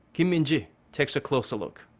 kim min-ji takes a closer look.